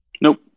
Nope